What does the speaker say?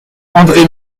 andre